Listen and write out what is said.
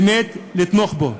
באמת לתמוך בו.